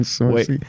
Wait